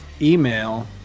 email